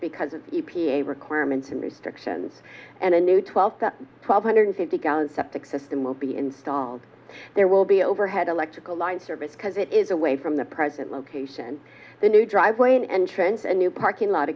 because it's a requirement some restrictions and a new twelve twelve hundred fifty gallon septic system will be installed there will be overhead electrical lines service because it is away from the present location the new driveway an entrance and new parking lot